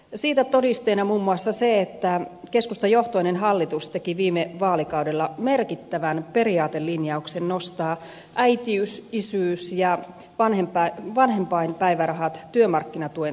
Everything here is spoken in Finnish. siitä todisteena on muun muassa se että keskustajohtoinen hallitus teki viime vaalikaudella merkittävän periaatelinjauksen nostaa äitiys isyys ja vanhempainpäivärahat työmarkkinatuen tasolle